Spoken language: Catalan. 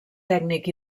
tècnic